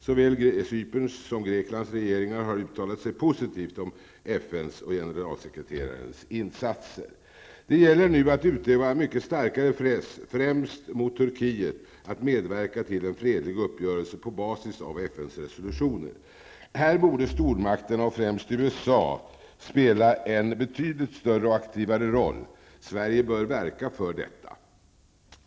Såväl Cyperns som Greklands regeringar har uttalat sig positivt om FNs och generalsekreterarens insatser. Det gäller nu att utöva mycket starkare press främst mot Turkiet att medverka till en fredlig uppgörelse på basis av FNs resolutioner. Här borde stormakterna och främst USA spela en betydligt större och aktivare roll. Sverige bör verka för detta.